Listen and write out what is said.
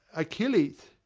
achilles.